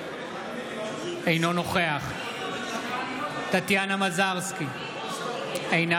אינו נוכח טטיאנה מזרסקי, אינה